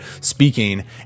speaking